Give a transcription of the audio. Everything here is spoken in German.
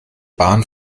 bahn